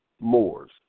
Moors